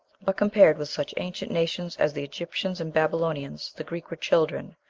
but, compared with such ancient nations as the egyptians and babylonians, the greeks were children.